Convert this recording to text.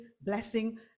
blessing